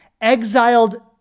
exiled